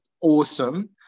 awesome